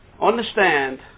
Understand